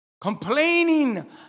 Complaining